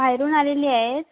बाहेरून आलेली आहेत